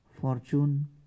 fortune